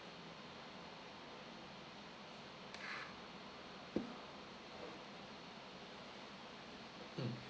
mm